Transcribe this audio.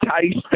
taste